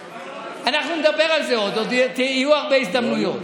אנחנו נדבר על זה עוד, עוד יהיו הרבה הזדמנויות.